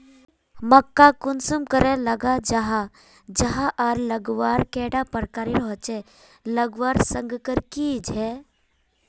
मक्का कुंसम करे लगा जाहा जाहा आर लगवार कैडा प्रकारेर होचे लगवार संगकर की झे?